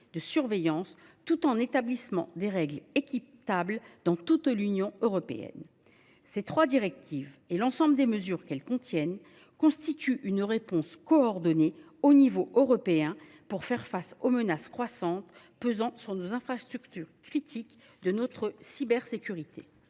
de surveillance, tout en établissant des règles équitables dans l’Union européenne. Ces trois directives et l’ensemble des mesures qu’elles contiennent constituent une réponse coordonnée au niveau européen pour faire face aux menaces croissantes pesant sur nos infrastructures critiques et notre cybersécurité.